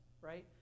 right